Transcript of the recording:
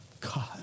God